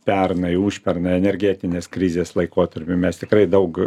pernai užpernai energetinės krizės laikotarpiu mes tikrai daug